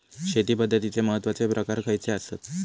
शेती पद्धतीचे महत्वाचे प्रकार खयचे आसत?